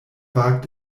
wagt